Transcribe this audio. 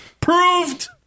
Proved